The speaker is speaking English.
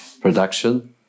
production